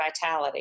Vitality